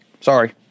Sorry